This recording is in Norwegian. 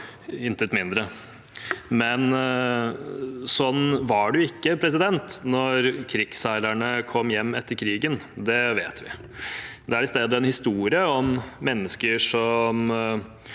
intet mindre. Sånn var det ikke da krigsseilerne kom hjem etter krigen. Det vet vi. Det er i stedet en historie om mennesker som